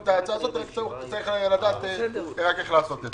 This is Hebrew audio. את העצה הזו - רק צריך לדעת איך לעשות את זה.